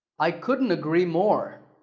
i couldn't agree more.